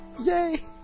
Yay